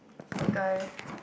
okay